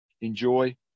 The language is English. enjoy